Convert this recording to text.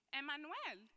Emmanuel